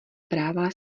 práva